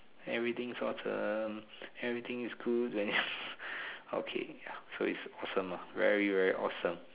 everything is awesome everything is good so it's awesome ah very very awesome